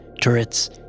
turrets